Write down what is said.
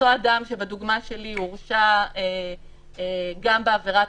אותו אדם שבדוגמה שלי הורשע גם בעבירת